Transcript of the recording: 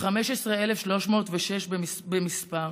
15,306 במספר,